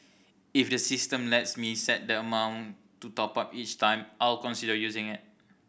if the system lets me set the amount to top up each time I'll consider using it